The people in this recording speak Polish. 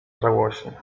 żałośnie